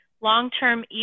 long-term